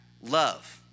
love